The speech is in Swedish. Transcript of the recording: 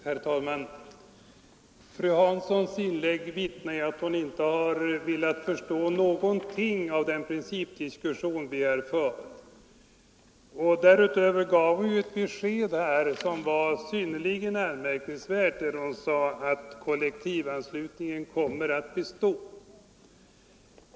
Herr talman! Fru Hanssons inlägg vittnar om att hon inte har velat förstå någonting av den principdiskussion som vi för. Därutöver gav hon ett besked som var synnerligen anmärkningsvärt. Hon sade att kol lektivanslutningen kommer att bestå.